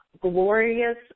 Glorious